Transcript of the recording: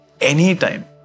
anytime